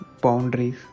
boundaries